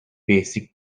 basic